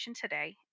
today